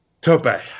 Tope